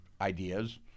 ideas